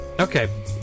Okay